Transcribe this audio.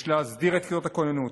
יש להסדיר את כיתות הכוננות.